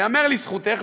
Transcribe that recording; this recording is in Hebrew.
ייאמר לזכותך,